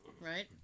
right